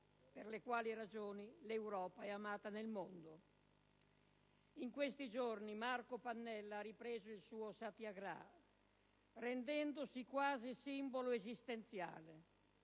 Per queste ragioni, l'Europa è amata nel mondo. In questi giorni Marco Pannella ha ripreso il suo *satyagraha*, rendendosi quasi simbolo esistenziale